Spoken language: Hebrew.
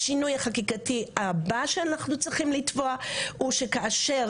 השינוי החקיקתי הבא שאנחנו צריכים לתבוע הוא שכאשר